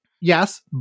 yes